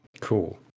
Cool